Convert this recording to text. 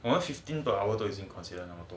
one fifteen per hour 都已经 consider 很多